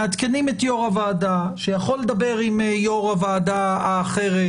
מעדכנים את יו"ר הוועדה שיכול לדבר עם יו"ר הוועדה אחרת,